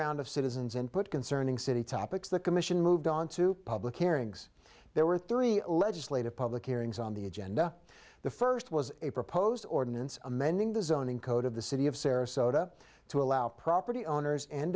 round of citizens input concerning city topics the commission moved on to public hearings there were three legislative public hearings on the agenda the first was a proposed ordinance amending the zoning code of the city of sarasota to allow property owners and